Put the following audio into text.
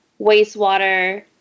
wastewater